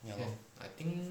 ya lor